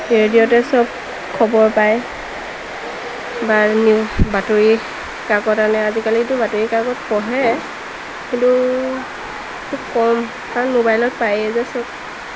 ৰেডিঅ'তে চব খবৰ পায় বা নিউজ বাতৰিকাকত আনে আজিকালিতো বাতৰিকাকত পঢ়ে কিন্তু খুব কম কাৰণ মোবাইলত পায়েই যে চব